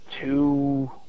two